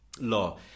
law